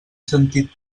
sentit